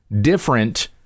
different